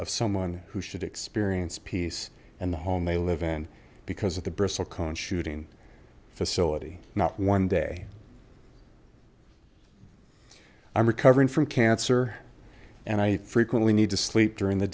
of someone who should experience peace and the home they live in because of the bristlecone shooting facility not one day i'm recovering from cancer and i frequently need to sleep during the